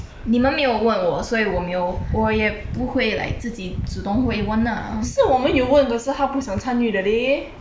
你们没有问我所以我没有我也不会 like 自己主动会问 ah